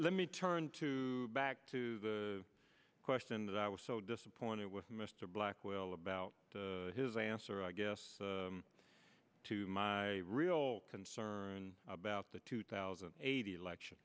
let me turn to back to the question that i was so disappointed with mr blackwell about his answer i guess my real concern about the two thousand and eight election